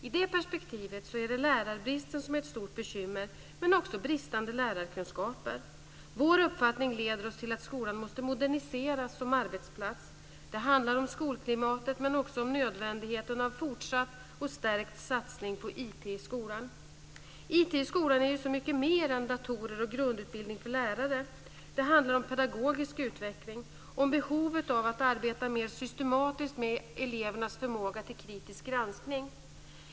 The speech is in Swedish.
I det perspektivet är lärarbristen ett stort bekymmer, men också bristande lärarkunskaper. Vår uppfattning leder fram till att skolan måste moderniseras som arbetsplats. Det handlar om skolklimatet men också om nödvändigheten av fortsatt och stärkt satsning på IT i skolan. IT i skolan är så mycket mer än datorer och grundutbildning för lärare. Det handlar om pedagogisk utveckling, om behovet av att arbeta mer systematiskt med elevernas förmåga till kritisk granskning.